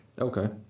Okay